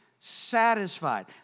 satisfied